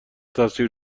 تاثیر